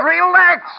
Relax